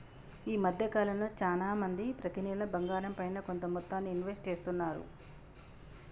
ఈ మద్దె కాలంలో చానా మంది ప్రతి నెలా బంగారంపైన కొంత మొత్తాన్ని ఇన్వెస్ట్ చేస్తున్నారు